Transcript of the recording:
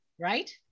right